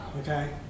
okay